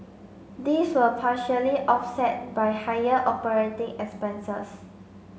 these were partially offset by higher operating expenses